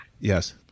Yes